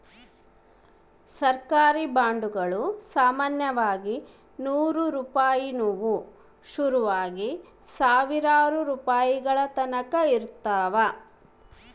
ಸರ್ಕಾರಿ ಬಾಂಡುಗುಳು ಸಾಮಾನ್ಯವಾಗಿ ನೂರು ರೂಪಾಯಿನುವು ಶುರುವಾಗಿ ಸಾವಿರಾರು ರೂಪಾಯಿಗಳತಕನ ಇರುತ್ತವ